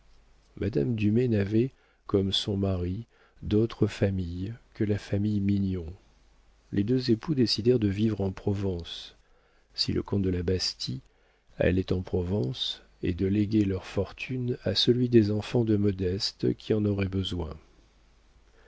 madame dumay n'avait comme son mari d'autre famille que la famille mignon les deux époux décidèrent de vivre en provence si le comte de la bastie allait en provence et de léguer leur fortune à celui des enfants de modeste qui en aurait besoin